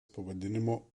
pavadinimo